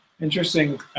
interesting